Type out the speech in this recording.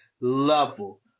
level